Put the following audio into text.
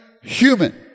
human